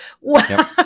Wow